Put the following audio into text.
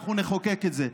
אנחנו נחוקק את זה.